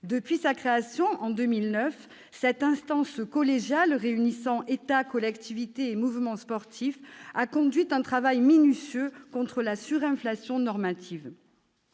Depuis sa création, en 2009, cette instance collégiale réunissant État, collectivités et mouvement sportif a conduit un travail minutieux contre la surinflation normative.